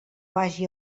vagi